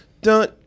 dun